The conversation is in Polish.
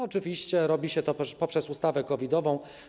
Oczywiście robi się to poprzez ustawę COVID-ową.